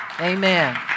Amen